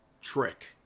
Trick